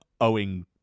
owing